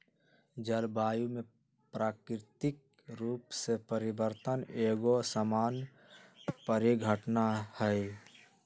जलवायु में प्राकृतिक रूप से परिवर्तन एगो सामान्य परिघटना हइ